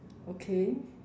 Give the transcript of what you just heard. okay